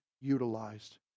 utilized